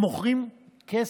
הם מוכרים כסף,